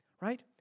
right